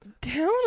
Down